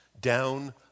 down